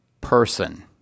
person